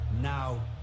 Now